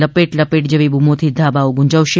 લપેટ લપેટ જેવી બૂમોથી ધાબો ગૂંજવશે